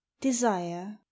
Desire